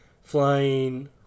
flying